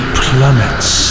plummets